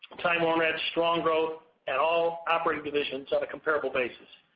time warner had strong growth at all operating divisions on a comparable basis.